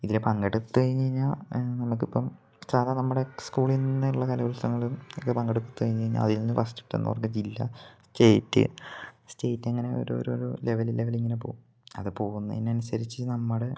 ഇതിൽ പങ്കെടുത്തു കഴിഞ്ഞു കഴിഞ്ഞാൽ നമുക്ക് ഇപ്പം സാധാ നമ്മുടെ സ്കൂളിൽ നിന്നുള്ള കലോത്സവങ്ങളും ഒക്കെ പങ്കെടുത്ത് കഴിഞ്ഞു കഴിഞ്ഞാൽ അതിൽ നിന്ന് ഫസ്റ്റ് കിട്ടുന്നവർക്ക് ജില്ലാ സ്റ്റേറ്റ് സ്റ്റേറ്റ് അങ്ങനെ ഓരോരോ ലെവല് ലെവൽ ഇങ്ങനെ പോവും അത് പോവുന്നതിന് അനുസരിച്ചു നമ്മുടെ